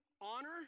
honor